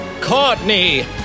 Courtney